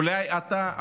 אולי אתה,